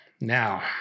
now